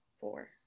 Four